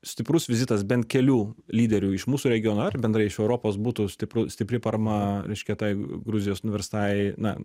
stiprus vizitas bent kelių lyderių iš mūsų regiono ar bendrai iš europos būtų stipru stipri parama reiškia tai gruzijos nuverstai na